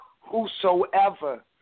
whosoever